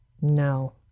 No